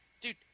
Dude